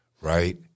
right